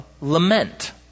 lament